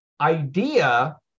idea